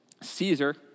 Caesar